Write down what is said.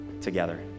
together